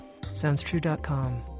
SoundsTrue.com